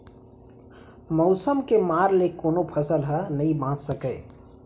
मउसम के मार ले कोनो फसल ह नइ बाच सकय